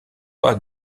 pas